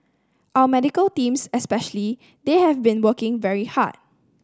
our medical teams especially they have been working very hard